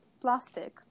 plastic